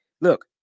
look